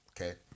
okay